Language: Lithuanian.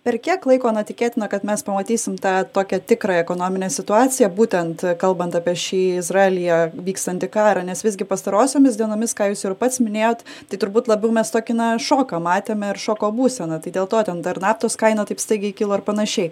per kiek laiko na tikėtina kad mes pamatysim tą tokią tikrą ekonominę situaciją būtent kalbant apie šį izraelyje vykstantį karą nes visgi pastarosiomis dienomis ką jūs ir pats minėjot tai turbūt labiau mes tokį na šoką matėm ir šoko būseną tai dėl to ten dar naftos kaina taip staigiai kilo ir panašiai